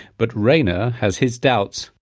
but rayner has his doubts.